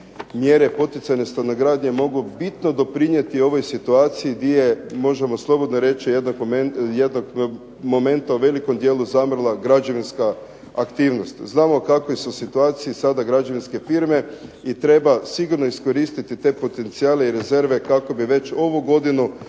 mjere poticajne stanogradnje mogu bitno doprinijeti ovoj situaciji gdje je možemo slobodno reći jednog momenta u velikom dijelu zamrla građevinska aktivnost. Znamo u kakvoj su situaciji sada građevinske firme i treba sigurno iskoristiti te potencijale i rezerve kako bi već ovu godinu